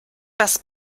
das